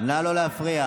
נא לא להפריע.